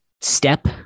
step